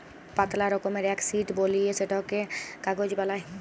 পাতলা রকমের এক শিট বলিয়ে সেটকে কাগজ বালাই